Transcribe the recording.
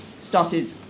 started